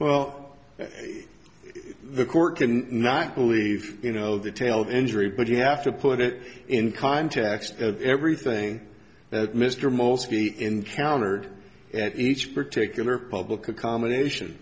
well the court can not believe you know the tale of injury but you have to put it in context of everything that mr mostly encountered at each particular public accommodation